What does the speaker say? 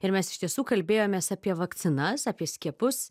ir mes iš tiesų kalbėjomės apie vakcinas apie skiepus